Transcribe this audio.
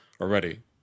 already